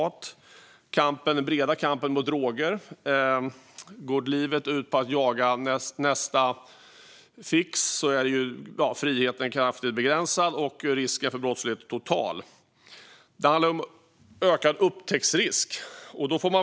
Det handlar om den breda kampen mot droger. Om livet går ut på att jaga nästa fix är friheten kraftigt begränsad och risken för brottslighet total. Det handlar om ökad upptäcktsrisk.